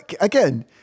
Again